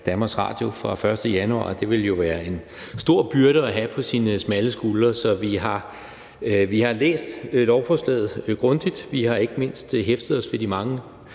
kan være DR fra den 1. januar. Det ville jo være en stor byrde at have på sine smalle skuldre. Så vi har læst lovforslaget grundigt. Vi har ikke mindst hæftet os ved de mange